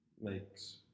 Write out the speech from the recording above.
makes